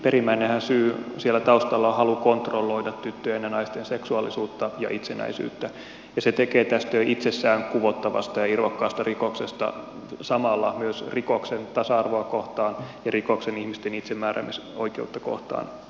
perimmäinen syyhän siellä taustalla on halu kontrolloida tyttöjen ja naisten seksuaalisuutta ja itsenäisyyttä ja se tekee tästä jo itsessään kuvottavasta ja irvokkaasta rikoksesta samalla rikoksen tasa arvoa kohtaan ja rikoksen ihmisten itsemääräämisoikeutta kohtaan